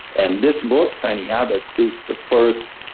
and this book, tiny habits is the first,